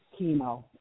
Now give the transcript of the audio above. chemo